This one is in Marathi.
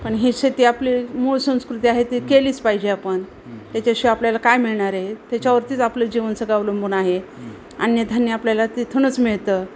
पण ही शेती आपली मूळ संस्कृती आहे ती केलीच पाहिजे आपण त्याच्याशिवाय आपल्याला काय मिळणार आहे त्याच्यावरतीच आपलं जीवन सगळं अवलंबून आहे अन्नधान्य आपल्याला तिथूनच मिळतं